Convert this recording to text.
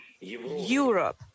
Europe